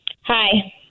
Hi